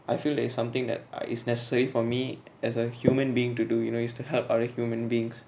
I feel that it's something that uh it's necessary for me as a human being to do you know it's to help other human beings